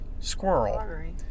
Squirrel